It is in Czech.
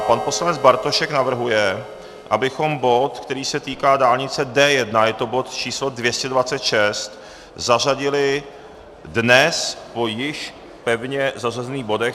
Pan poslanec Bartošek navrhuje, abychom bod, který se týká dálnice D1, je to bod č. 226, zařadili dnes po již pevně zařazených bodech.